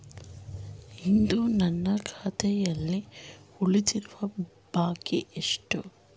ಇಂದು ನನ್ನ ಖಾತೆಯಲ್ಲಿ ಉಳಿದಿರುವ ಬಾಕಿ ಎಷ್ಟು?